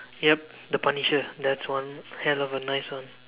yup the punisher that's one hell of a nice one